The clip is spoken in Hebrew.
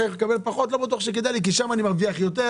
לא בטוח שכדאי לי מעבר כי שם אני מרוויח פחות".